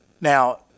Now